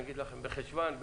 בחשוון,